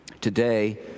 Today